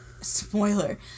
Spoiler